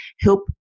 help